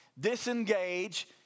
disengage